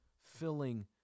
filling